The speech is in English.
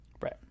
right